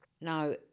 Now